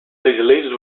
slaves